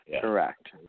Correct